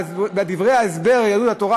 דברי ההסבר של יהדות התורה,